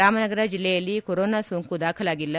ರಾಮನಗರ ಜಿಲ್ಲೆಯಲ್ಲಿ ಕೊರೋನ ಸೋಂಕು ದಾಖಲಾಗಿಲ್ಲ